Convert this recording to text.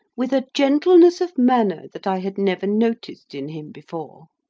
with a gentleness of manner that i had never noticed in him before.